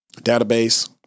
database